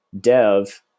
dev